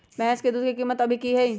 भैंस के दूध के कीमत अभी की हई?